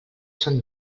son